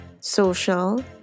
social